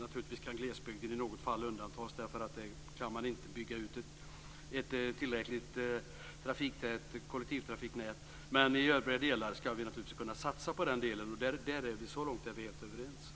Naturligtvis kan glesbygden i vissa fall undantas, eftersom det där inte går att bygga ett tillräckligt tätt kollektivtrafiknät. Men i övriga delar av landet går det att satsa på den delen. Så långt är vi helt överens.